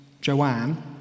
Joanne